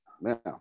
Now